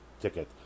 ticket